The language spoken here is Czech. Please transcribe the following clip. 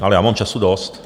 Ale já mám času dost.